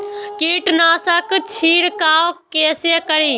कीट नाशक छीरकाउ केसे करी?